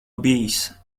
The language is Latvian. bijis